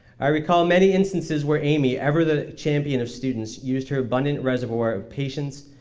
i recall many instances where amy, ever the champion of students, used her abundant reservoir of patience,